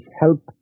help